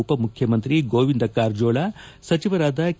ಉಪ ಮುಖ್ಯಮಂತ್ರಿ ಗೋವಿಂದ ಕಾರಜೋಳ ಸಚಿವರಾದ ಕೆ